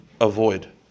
avoid